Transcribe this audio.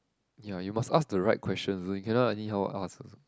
ya you must ask the right question also you cannot anyhow ask also